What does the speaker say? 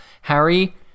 Harry